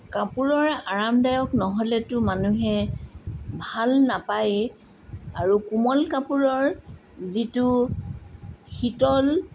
কাপোৰৰ আৰামদায়ক নহ'লেতো মানুহে ভাল নাপায় আৰু কোমল কাপোৰৰ যিটো শীতল